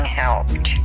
helped